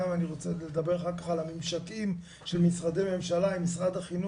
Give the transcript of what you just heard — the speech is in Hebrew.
גם אני רוצה לדבר אחר כך על הממשקים של משרדי הממשלה עם משרד החינוך,